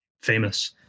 famous